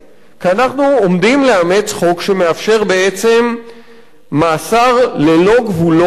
כי אנחנו עומדים לאמץ חוק שמאפשר בעצם מאסר ללא גבולות,